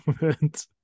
moment